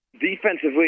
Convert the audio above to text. defensively